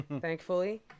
thankfully